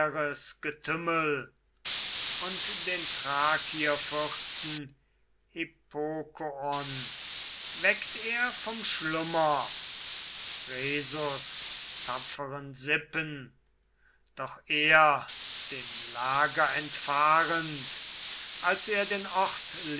getümmel und den thrakierfürsten hippokoon weckt er vom schlummer rhesos tapferen sippen doch er dem lager entfahrend als sie den